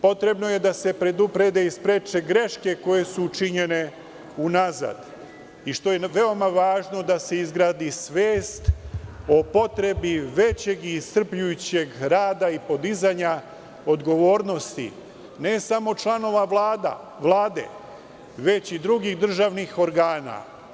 Potrebno je da se preduprede i spreče greške koje su činjene unazad i, što je veoma važno, da se izgradi svest o potrebi većeg i iscrpljujućeg rada i podizanja odgovornosti, ne samo članova Vlade, već i drugih državnih organa.